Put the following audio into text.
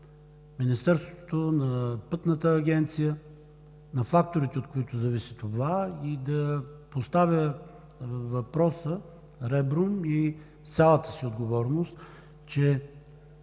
Министерството, на Пътната агенция, на факторите, от които зависи това, и да поставя въпроса ребром с цялата си отговорност, че